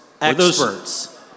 experts